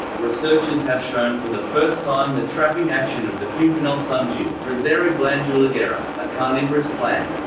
researchers have shown for the first time the trapping action of the pimpernel sundew, drosera glanduligera, a carnivorous plant.